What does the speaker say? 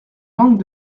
langues